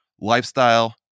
lifestyle